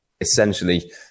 essentially